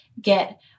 get